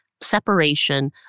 separation